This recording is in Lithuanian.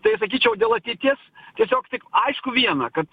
tai sakyčiau dėl ateities tiesiog tik aišku viena kad